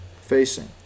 facing